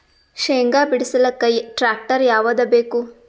ಶೇಂಗಾ ಬಿಡಸಲಕ್ಕ ಟ್ಟ್ರ್ಯಾಕ್ಟರ್ ಯಾವದ ಬೇಕು?